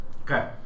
Okay